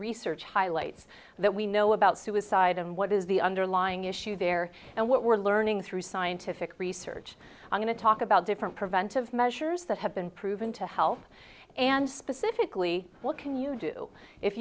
research highlights that we know about suicide and what is the underlying issue there and what we're learning through scientific research i'm going to talk about different preventive measures that have been proven to help and specifically what can you do if